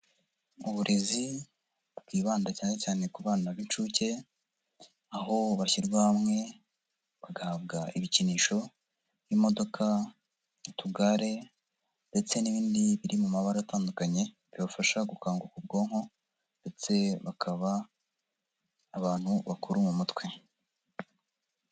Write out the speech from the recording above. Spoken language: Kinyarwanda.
Uburezi bwibanda cyane cyane ku bana b'inshuke, aho bashyirwa hamwe, bagahabwa ibikinisho nk'imodoka, utugare ndetse n'ibindi biri mu mabara atandukanye, bibafasha gukanguka ubwonko ndetse bakaba abantu bakuru mu mutwe.